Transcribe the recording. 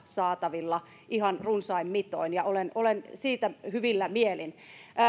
saatavilla ihan runsain mitoin ja olen olen siitä hyvillä mielin